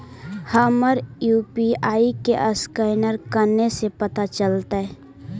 हमर यु.पी.आई के असकैनर कने से पता चलतै?